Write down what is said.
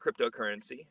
cryptocurrency